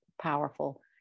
powerful